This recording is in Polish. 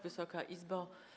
Wysoka Izbo!